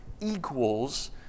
equals